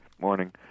Morning